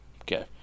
Okay